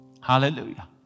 Hallelujah